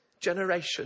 generation